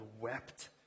wept